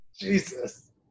Jesus